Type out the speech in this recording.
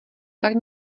tak